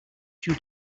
due